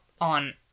on